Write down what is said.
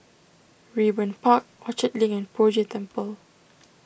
Raeburn Park Orchard Link and Poh Jay Temple